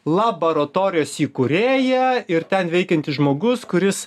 labaratorijos įkūrėja ir ten veikiantis žmogus kuris